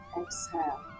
Exhale